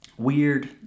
Weird